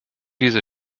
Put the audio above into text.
diese